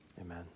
Amen